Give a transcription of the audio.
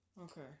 okay